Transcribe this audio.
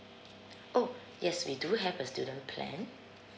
oh yes we do have a student plan